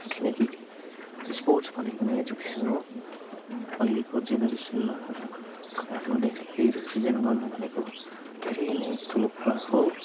किनकि स्पोट्स भनेको नै एजुकेसन हो अहिलेको जेनरेसनमा र कोही आफ्नो देशलाई रिप्रेजेन्ट गर्नु भनेको धेरै नै ठुलो कुरा हो